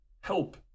help